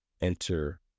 enter